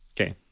Okay